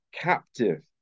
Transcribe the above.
captive